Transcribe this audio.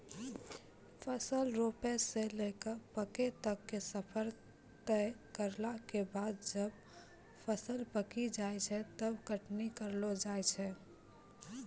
फसल रोपै स लैकॅ पकै तक के सफर तय करला के बाद जब फसल पकी जाय छै तब कटनी करलो जाय छै